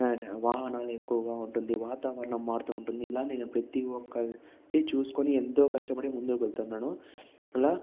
వాహనాలు ఎక్కువగా ఉంటుంది వాతావరణం మారుతూ ఉంటుంది ఇలానే నేను ప్రతి ఒక్కటి చూసుకొని ఎంతో కష్టపడి ముందుకు వెళ్తున్నాను అలా